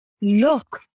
look